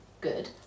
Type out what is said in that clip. Good